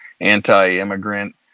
anti-immigrant